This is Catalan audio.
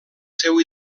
seu